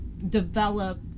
develop